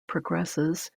progresses